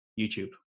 YouTube